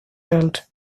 belt